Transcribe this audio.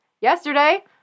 Yesterday